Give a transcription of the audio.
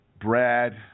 Brad